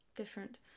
different